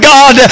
God